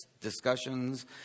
discussions